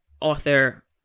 author